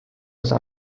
osa